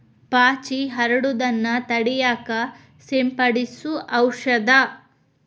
ಪಾಚಿ ಹರಡುದನ್ನ ತಡಿಯಾಕ ಸಿಂಪಡಿಸು ಔಷದ